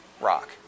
rock